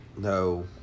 No